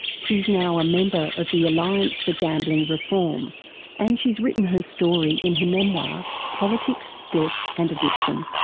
she's now a member of the alliance for gambling reform and she's written her story in her memoir politics, death and addiction.